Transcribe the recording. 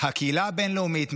הקהילה הבין-לאומית,